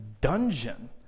dungeon